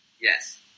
Yes